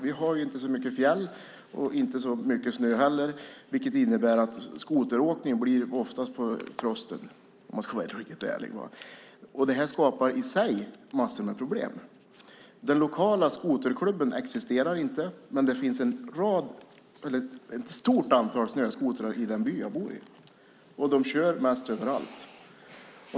Vi har inte så mycket fjäll och inte så mycket snö heller. Det innebär att skoteråkningen oftast blir på frost, om man ska vara riktigt ärlig. Det här skapar i sig massor av problem. Någon lokal skoterklubb existerar inte, men det finns ett stort antal snöskotrar i den by där jag bor, och de kör mest överallt.